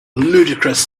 ludicrous